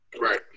Right